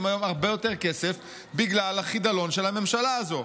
היום הרבה יותר כסף בגלל החידלון של הממשלה הזו.